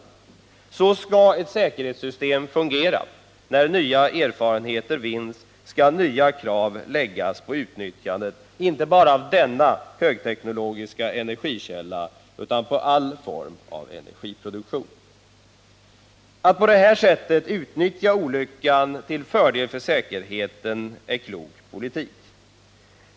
Så skall ett säkerhetssystem fungera. När nya erfarenheter vinns, skall nya krav ställas på utnyttjandet, inte bara av denna högteknologiska energikälla utan av alla former av energiproduktion. Att på detta sätt utnyttja olyckan till fördel för säkerheten är klok politik.